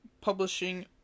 publishing